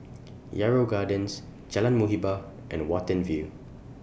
Yarrow Gardens Jalan Muhibbah and Watten View